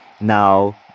now